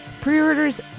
Pre-orders